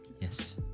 yes